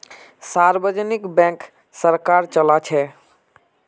सार्वजनिक बैंक सरकार चलाछे